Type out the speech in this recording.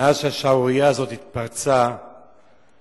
מאז התפרצה השערורייה הזאת,